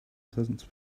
pleasant